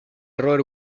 roger